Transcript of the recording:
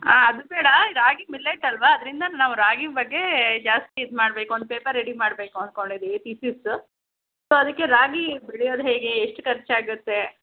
ಆಂ ಅದು ಬೇಡ ರಾಗಿ ಮಿಲ್ಲೆಟ್ ಅಲ್ಲವಾ ಅದರಿಂದ ನಾವು ರಾಗಿ ಬಗ್ಗೆ ಜಾಸ್ತಿ ಇದು ಮಾಡ್ಬೇಕು ಒಂದು ಪೇಪರ್ ರೆಡಿ ಮಾಡಬೇಕು ಅನ್ಕೊಂಡಿದ್ದೀವಿ ತೀಸಿಸ್ಸ ಸೊ ಅದಕ್ಕೆ ರಾಗಿ ಬೆಳ್ಯೋದು ಹೇಗೆ ಎಷ್ಟು ಖರ್ಚು ಆಗತ್ತೆ